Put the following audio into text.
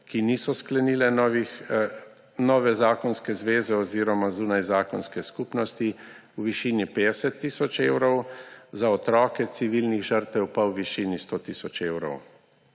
ki niso sklenili nove zakonske zveze oziroma zunajzakonske skupnosti, v višini 50 tisoč evrov, za otroke civilnih žrtev pa v višini 100 tisoč evrov.